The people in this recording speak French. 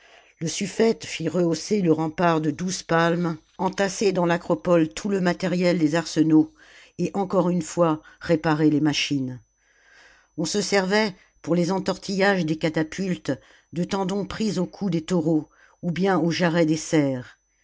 le suffete fit rehausser le rempart de douze palmes entasser dans l'acropole tout le matériel des arsenaux et encore une fois réparer les machines on se servait pour les entortillages des catapultes de tendons pris au cou des taureaux ou bien aux jarrets des cerfs